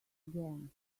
again